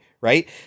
right